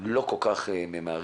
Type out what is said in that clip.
לא כל כך ממהרים.